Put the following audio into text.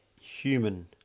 Human